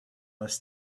was